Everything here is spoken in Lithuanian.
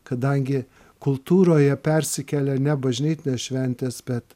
kadangi kultūroje persikelia ne bažnytinės šventės bet